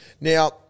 Now-